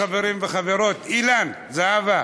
כנסת, אין מתנגדים, אין נמנעים.